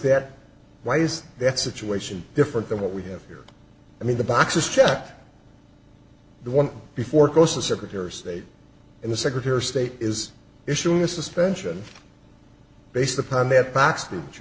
that why is that situation different than what we have here i mean the boxes checked the one before it goes the secretary of state and the secretary of state is issuing a suspension based upon that box